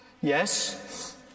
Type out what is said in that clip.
Yes